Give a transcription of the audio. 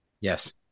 Yes